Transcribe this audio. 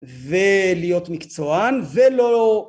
ולהיות מקצוען ולא